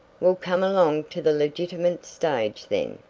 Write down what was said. well, come along to the legitimate stage then,